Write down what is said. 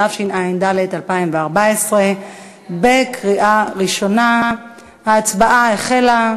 התשע"ד 2014. ההצבעה החלה.